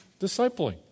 discipling